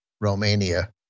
Romania